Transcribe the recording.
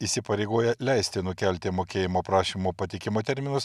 įsipareigoja leisti nukelti mokėjimo prašymo pateikimo terminus